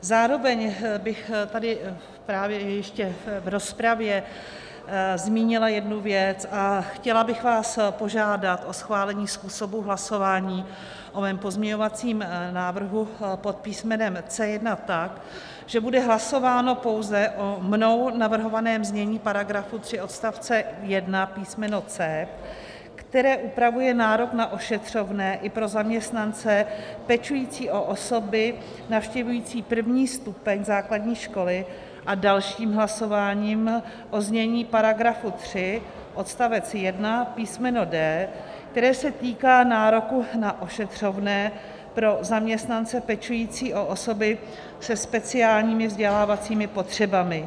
Zároveň bych tady právě ještě v rozpravě zmínila jednu věc a chtěla bych vás požádat o schválení způsobu hlasování o mém pozměňovacím návrhu pod písmenem C1 tak, že bude hlasováno pouze o mnou navrhovaném znění § 3 odst. 1 písm. c), které upravuje nárok na ošetřovné i pro zaměstnance pečující o osoby navštěvující první stupeň základní školy, a dalším hlasováním o znění § 3 odst. 1 písm. d), které se týká nároku na ošetřovné pro zaměstnance pečující o osoby se speciálními vzdělávacími potřebami.